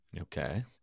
Okay